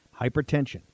Hypertension